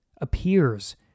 appears